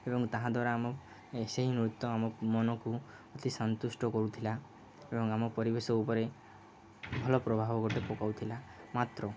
ଏବଂ ତାହାଦ୍ୱାରା ଆମ ସେହି ନୃତ୍ୟ ଆମ ମନକୁ ଅତି ସନ୍ତୁଷ୍ଟ କରୁଥିଲା ଏବଂ ଆମ ପରିବେଶ ଉପରେ ଭଲ ପ୍ରଭାବ ଗୋଟେ ପକାଉଥିଲା ମାତ୍ର